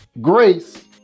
grace